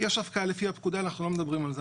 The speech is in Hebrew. יש הפקעה לפי הפקודה, אנחנו לא מדברים על זה.